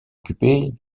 occupée